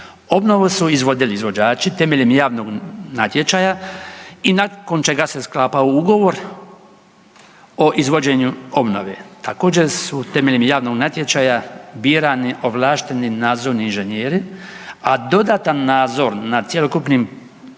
Obnovu su izvodili izvođači temeljem javnog natječaja i nakon čega se sklapao ugovor o izvođenju obnove. Također su temeljem javnog natječaja birani ovlašteni nadzorni inženjeri, a dodatan nadzor nad cjelokupnim procesom